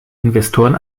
investoren